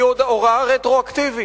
שהיא הוראה רטרואקטיבית.